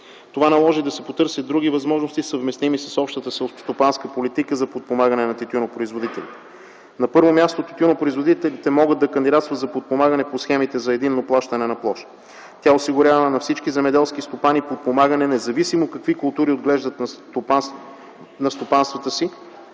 Това наложи да се потърсят други възможности, съвместими с общата селскостопанска политика за подпомагане на тютюнопроизводителите. На първо място, тютюнопроизводителите могат да кандидатстват за подпомагане по схемите за единно плащане на площ. Тя осигурява на всички земеделски стопани подпомагане, независимо какви култури отглеждат в стопанствата си.